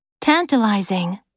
Tantalizing